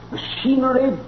Machinery